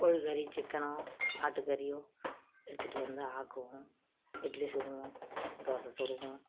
கோழிக்கறி சிக்கனோ ஆட்டுக்கறியோ எடுத்துகிட்டு வந்து ஆக்குவோம் இட்லி சுடுவோம் தோசை சுடுவோம்